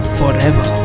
forever